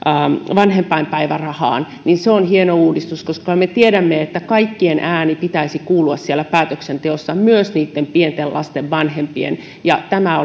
vanhempainpäivärahaan on hieno uudistus koska me tiedämme että kaikkien äänen pitäisi kuulua siellä päätöksenteossa myös pienten lasten vanhempien tämä